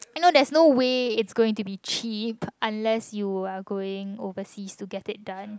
you know that's no way is going to be cheap unless you're going overseas to get it done